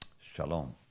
Shalom